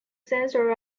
sensor